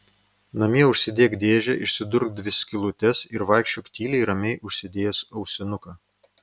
namie užsidėk dėžę išsidurk dvi skylutes ir vaikščiok tyliai ramiai užsidėjęs ausinuką